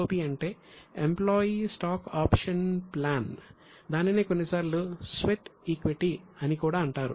ESOP అంటే employee stock option plan అని కూడా అంటారు